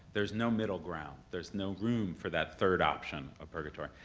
there's no middle ground. there's no room for that third option of purgatory.